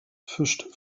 fischt